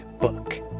book